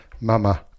Mama